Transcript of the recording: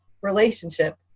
relationship